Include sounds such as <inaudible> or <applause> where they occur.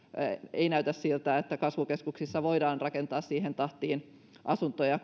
ei näytä siltä että kasvukeskuksissa voidaan rakentaa siihen tahtiin asuntoja <unintelligible>